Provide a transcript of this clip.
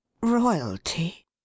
Royalty